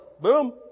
boom